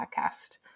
podcast